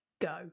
go